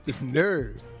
nerve